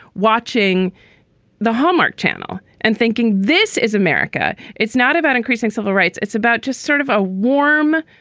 watching the hallmark channel and thinking, this is america. it's not about increasing civil rights. it's about just sort of a warm,